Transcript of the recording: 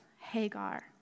Hagar